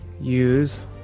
use